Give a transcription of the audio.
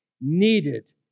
needed